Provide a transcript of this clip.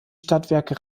stadtwerke